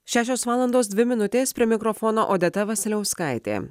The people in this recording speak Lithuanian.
šešios valandos dvi minutės prie mikrofono odeta vasiliauskaitė